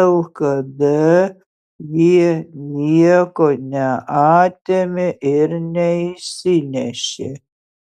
lkd jie nieko neatėmė ir neišsinešė